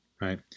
right